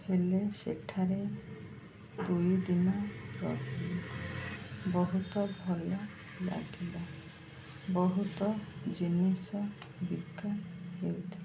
ହେଲେ ସେଠାରେ ଦୁଇ ଦିନ ରହିଲି ବହୁତ ଭଲ ଲାଗିଲା ବହୁତ ଜିନିଷ ବିକା ହେଉଥିଲା